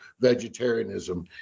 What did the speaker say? vegetarianism